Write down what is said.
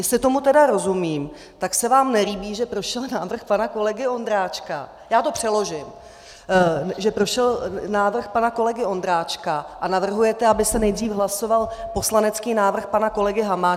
Jestli tomu tedy rozumím, tak se vám nelíbí, že prošel návrh pana kolegy Ondráčka, já to přeložím, že prošel návrh pana kolegy Ondráčka, a navrhujete, aby se nejdřív hlasoval poslanecký návrh pana kolegy Hamáčka.